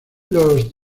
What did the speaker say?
los